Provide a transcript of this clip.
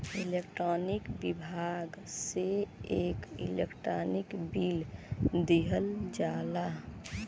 electronic विभाग से एक इलेक्ट्रानिक बिल दिहल जाला